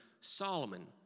Solomon